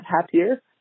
happier